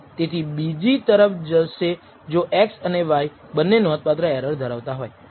તેથી આ બીજી તરફ જશે જો x અને y બંને નોંધપાત્ર એરર ધરાવતા હોય